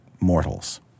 mortals